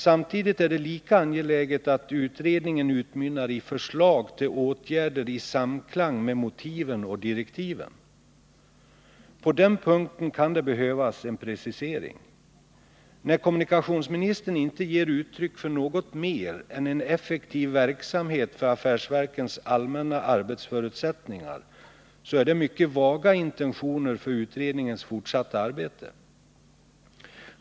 Samtidigt är det lika angeläget att utredningen utmynnar i förslag till åtgärder i samklang med motiven och direktiven. På den punkten kan det behövas en precisering. När kommunikationsministern inte ger uttryck för något mer än att affärsverkens allmänna arbetsförutsättningar är en nödvändig grund för en effektiv verksamhet, är det mycket vaga intentioner för utredningens fortsatta arbete.